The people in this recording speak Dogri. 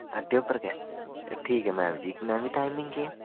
अड्डे उप्पर गै ठीक ऐ मैडम जी टाइमिंग केह् ऐ